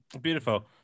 Beautiful